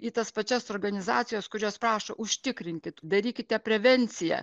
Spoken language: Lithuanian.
į tas pačias organizacijas kurios prašo užtikrinkit darykite prevenciją